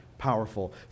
powerful